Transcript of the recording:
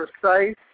precise